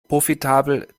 profitabel